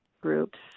groups